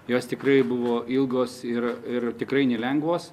jos tikrai buvo ilgos ir ir tikrai nelengvos